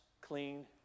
clean